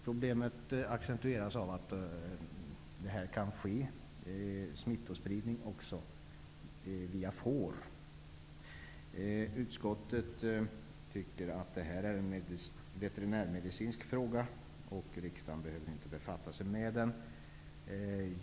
Problemet accentueras av att smitta kan spridas också via får. Utskottet tycker att det här är en veterinärmedicinsk fråga och att riksdagen inte behöver befatta sig med den.